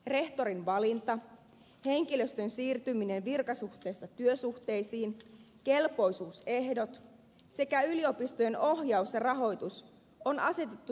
rehtorin valinta henkilöstön siirtyminen virkasuhteista työsuhteisiin kelpoisuusehdot sekä yliopistojen ohjaus ja rahoitus on asetettu suurennuslasin alle